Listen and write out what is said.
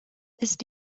ist